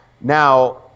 Now